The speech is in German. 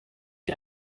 die